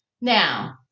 Now